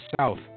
south